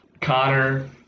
Connor